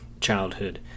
childhood